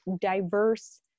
diverse